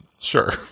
Sure